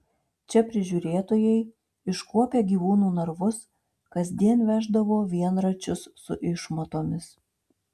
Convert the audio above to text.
čia prižiūrėtojai iškuopę gyvūnų narvus kasdien veždavo vienračius su išmatomis